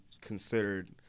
considered